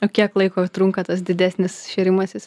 o kiek laiko trunka tas didesnis šėrimasis